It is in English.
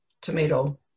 tomato